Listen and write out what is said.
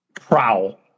Prowl